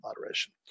moderation